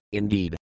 indeed